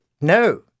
no